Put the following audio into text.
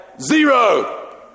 Zero